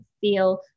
feel